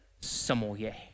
sommelier